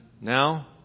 Now